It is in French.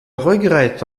regrette